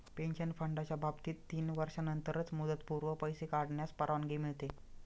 pension फंडाच्या बाबतीत तीन वर्षांनंतरच मुदतपूर्व पैसे काढण्यास परवानगी मिळते